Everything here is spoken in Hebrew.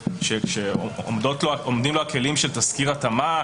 שעומדים לו הכלים של תסקיר התאמה,